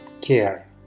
care